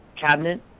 cabinet